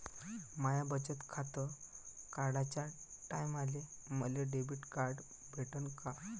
माय बचत खातं काढाच्या टायमाले मले डेबिट कार्ड भेटन का?